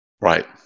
Right